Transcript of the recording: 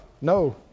No